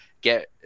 get